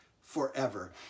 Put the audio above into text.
forever